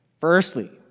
Firstly